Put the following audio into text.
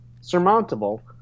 surmountable